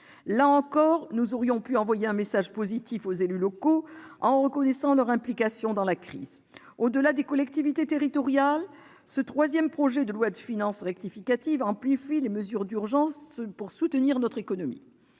Là encore, nous aurions pu envoyer un message positif aux élus locaux en reconnaissant leur implication dans la crise. Au-delà des collectivités territoriales, ce troisième projet de loi de finances rectificative amplifie les mesures d'urgence pour soutenir notre économie.